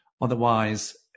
Otherwise